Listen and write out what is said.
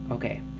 Okay